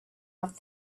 off